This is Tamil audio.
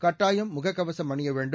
கட்டாயம் முகக்கவசம் அணிய வேண்டும்